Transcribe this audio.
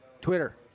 Twitter